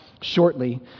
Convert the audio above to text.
shortly